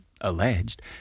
alleged